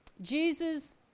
Jesus